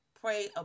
Pray